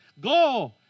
Go